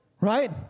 right